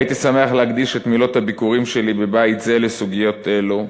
הייתי שמח להקדיש את מילות הביכורים שלי בבית זה לסוגיות אלו,